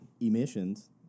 emissions